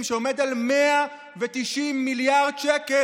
שעומד על 190 מיליארד שקל,